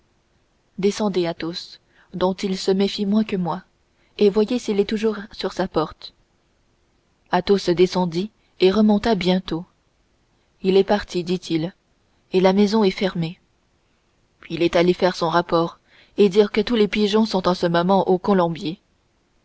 descendez athos vous dont il se méfie moins que de moi et voyez s'il est toujours sur sa porte athos descendit et remonta bientôt il est parti dit-il et la maison est fermée il est allé faire son rapport et dire que tous les pigeons sont en ce moment au colombier